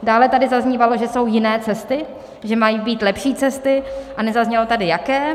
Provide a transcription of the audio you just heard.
Dále tady zaznívalo, že jsou jiné cesty, že mají být lepší cesty, a nezaznělo tady jaké.